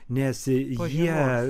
nes jie